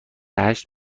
هشت